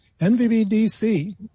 NVBDC